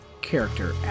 character